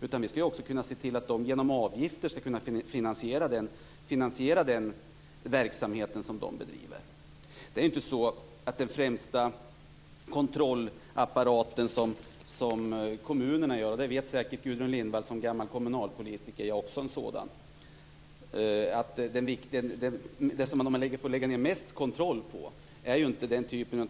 Den verksamhet som kommunerna bedriver skall ju finansieras genom avgifter. Den främsta kontrollverksamhet som kommunerna bedriver - och det vet säkert Gudrun Lindvall som före detta kommunalpolitiker, också jag är en sådan - gäller ju